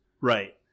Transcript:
Right